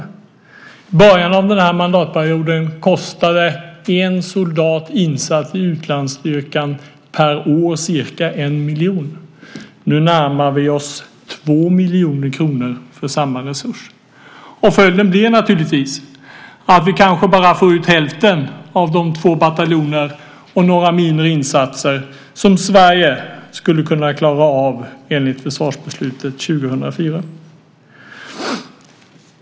I början av den här mandatperioden kostade en soldat insatt i utlandsstyrkan ca 1 miljon kronor per år. Nu närmar vi oss 2 miljoner kronor för samma resurs. Följden blir naturligtvis att vi kanske bara får ut hälften av de två bataljoner samt några mindre insatser, som Sverige skulle kunna klara av enligt försvarsbeslutet 2004.